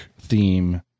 theme